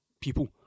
people